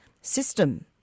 system